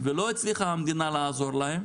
ולא הצליחה המדינה לעזור להם.